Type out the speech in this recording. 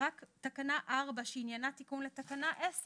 רק תקנה 4 שעניינה תיקון לתקנה 10